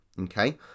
okay